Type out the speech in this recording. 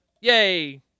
yay